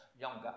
younger